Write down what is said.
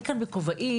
אני כאן, בכובעי,